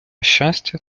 щастя